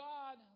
God